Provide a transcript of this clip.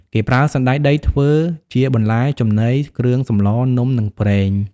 គេប្រើសណ្ដែកដីធ្វើជាបន្លែ ចំណី គ្រឿងសម្លរ នំ និងប្រេង។